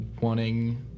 wanting